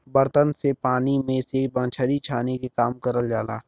बर्तन से पानी में से मछरी छाने के काम करल जाला